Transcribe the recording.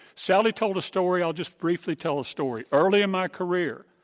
sally told a story i'll just briefly tell a story. early in my career,